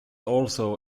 also